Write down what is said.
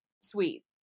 sweet